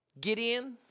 Gideon